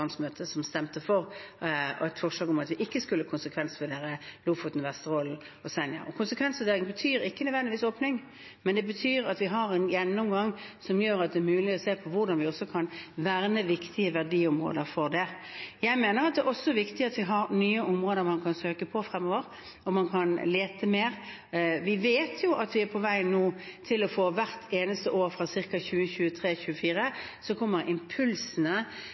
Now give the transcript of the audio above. som stemte for et forslag om at vi ikke skulle konsekvensutrede Lofoten, Vesterålen og Senja. Konsekvensutredning betyr ikke nødvendigvis åpning, men det betyr at vi har en gjennomgang som gjør at det er mulig å se på hvordan vi kan verne viktige verdiområder. Jeg mener det er viktig at vi fremover har nye områder man kan søke på, og at man kan lete mer. Vi vet at hvert eneste år fra ca. 2023/2024 kommer impulsene for nybygging i norsk olje- og gassektor til å